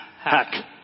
hack